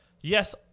yes